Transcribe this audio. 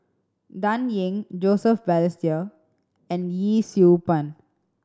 Dan Ying Joseph Balestier and Yee Siew Pun